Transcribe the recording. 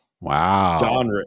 Wow